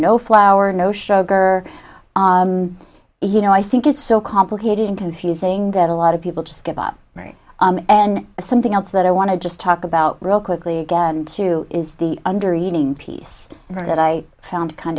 no flour no sugar you know i think it's so complicated and confusing that a lot of people just give up mary and something else that i want to just talk about real quickly again too is the under eating piece that i found kind